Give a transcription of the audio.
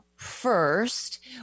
First